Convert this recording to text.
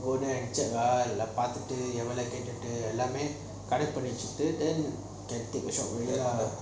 go there and check ah !alamak! பாத்துட்டு எவ்ளோ கேட்டுட்டு எல்லாம் கணக்கு பண்ணி வெச்சிட்டு:paathutu evlo keatutu ellam kanaku panni vechitu then can take shop